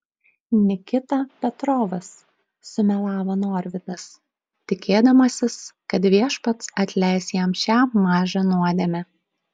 nikita petrovas sumelavo norvydas tikėdamasis kad viešpats atleis jam šią mažą nuodėmę